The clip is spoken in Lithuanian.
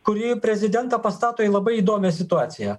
kuri prezidentą pastato į labai įdomią situaciją